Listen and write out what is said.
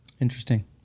Interesting